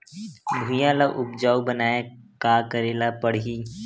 भुइयां ल उपजाऊ बनाये का करे ल पड़ही?